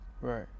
Right